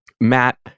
Matt